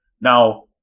Now